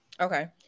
Okay